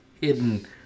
hidden